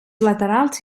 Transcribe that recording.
laterals